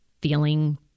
feeling